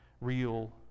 real